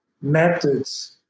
methods